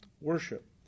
Worship